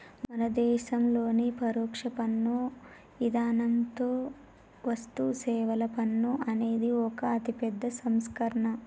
మన దేసంలోని పరొక్ష పన్ను ఇధానంతో వస్తుసేవల పన్ను అనేది ఒక అతిపెద్ద సంస్కరణ